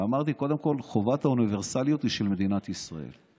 ואמרתי שקודם כול חובת האוניברסליות היא של מדינת ישראל.